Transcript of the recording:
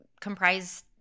comprise